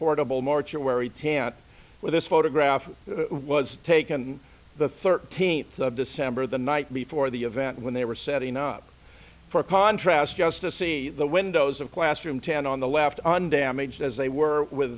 portable mortuary tant where this photograph was taken the thirteenth of december the night before the event when they were setting up for contrast just to see the windows of classroom ten on the left undamaged as they were with